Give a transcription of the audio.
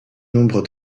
nombre